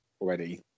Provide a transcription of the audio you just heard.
already